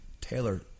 Taylor